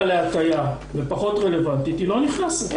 להטיה ופחות רלבנטית היא לא נכנסת.